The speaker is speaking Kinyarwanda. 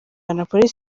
umwanzuro